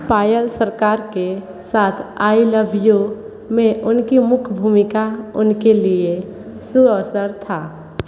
पायल सरकार के साथ आई लव यू में उनकी मुख्य भूमिका उनके लिए सुअवसर था